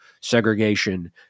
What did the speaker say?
segregation